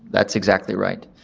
that's exactly right.